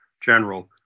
general